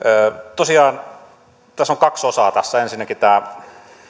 tosiaan tässä on kaksi osaa ensinnäkin tämä